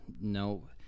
No